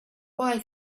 why